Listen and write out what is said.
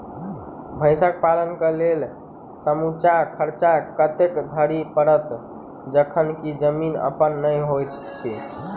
भैंसक पालन केँ लेल समूचा खर्चा कतेक धरि पड़त? जखन की जमीन अप्पन नै होइत छी